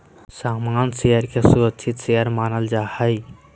सामान्य शेयर के सुरक्षित शेयर मानल जा हय